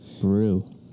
Brew